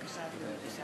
(חותם על ההצהרה)